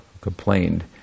complained